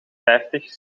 vijftig